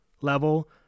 level